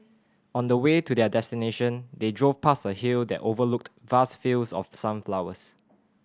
on the way to their destination they drove past a hill that overlooked vast fields of sunflowers